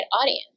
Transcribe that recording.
audience